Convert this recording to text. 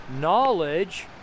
knowledge